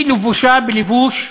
היא לבושה בלבוש מסורתי,